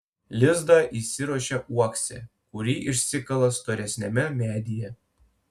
lizdą įsiruošia uokse kurį išsikala storesniame medyje